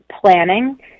planning